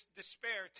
despair